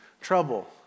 trouble